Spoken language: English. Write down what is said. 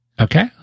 Okay